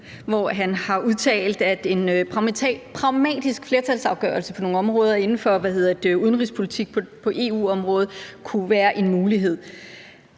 hvor han har udtalt, at en pragmatisk flertalsafgørelse på nogle områder inden for udenrigspolitik på EU-området kunne være en mulighed.